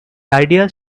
ideas